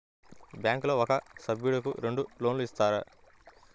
బ్యాంకులో ఒక సభ్యుడకు రెండు లోన్లు ఇస్తారా?